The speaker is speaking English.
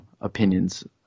opinions